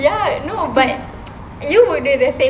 ya no but you would do the same